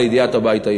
לידיעת הבית היהודי.